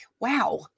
wow